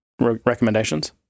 recommendations